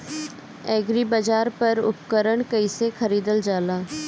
एग्रीबाजार पर उपकरण कइसे खरीदल जाला?